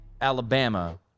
Alabama